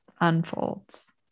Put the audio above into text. unfolds